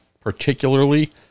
particularly